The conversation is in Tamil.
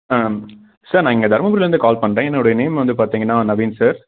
சார் நான் இங்கே தர்மபுரிலேருந்து கால் பண்ணுறேன் என்னோடய நேம் வந்து பார்த்தீங்கன்னா நவீன் சார்